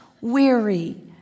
weary